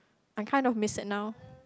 I kind of miss it now